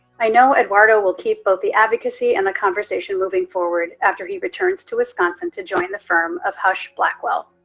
i know eduardo will keep both the advocacy and the conversation moving forward after he returns to wisconsin to join the firm of husch blackwell.